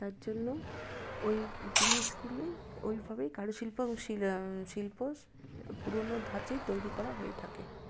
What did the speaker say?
তার জন্য ওই জিনিসগুলোই ঐভাবেই কারুশিল্প এবং শিল্প পুরোনো ধাঁচেই তৈরি করা হয়ে থাকে